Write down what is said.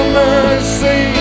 mercy